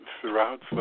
throughout